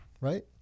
Right